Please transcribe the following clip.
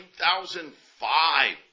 2005